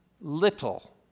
little